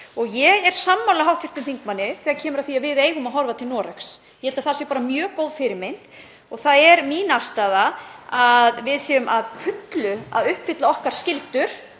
Ég er sammála hv. þingmanni þegar kemur að því að við eigum að horfa til Noregs, ég held að það sé bara mjög góð fyrirmynd. Það er mín afstaða að við séum að fullu að uppfylla okkar skyldur